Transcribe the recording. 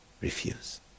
refuse